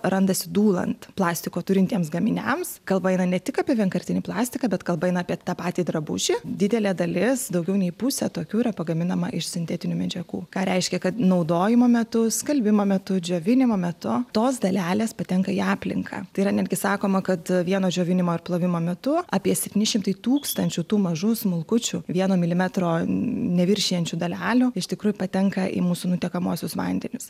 randasi dūlant plastiko turintiems gaminiams kalba yra ne tik apie vienkartinį plastiką bet kalba eina apie tą patį drabužį didelė dalis daugiau nei pusė tokių yra pagaminama iš sintetinių medžiagų ką reiškia kad naudojimo metu skalbimo metu džiovinimo metu tos dalelės patenka į aplinką tai yra netgi sakoma kad vieno džiovinimo ar plovimo metu apie septyni šimtai tūkstančių tų mažų smulkučių vieno milimetro neviršijančių dalelių iš tikrųjų patenka į mūsų nutekamuosius vandenius